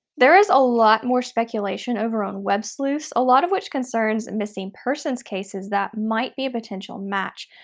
there is a lot more speculation over on websleuths, a lot of which concerns missing persons cases that might be a potential match.